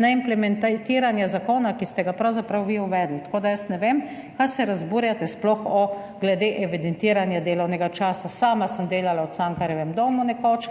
neimplementiranje zakona, ki ste ga pravzaprav vi uvedli. Tako, da jaz ne vem kaj se razburjate sploh o glede evidentiranja delovnega časa. Sama sem delala v Cankarjevem domu nekoč.